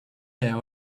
air